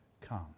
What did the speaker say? come